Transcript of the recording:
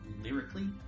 lyrically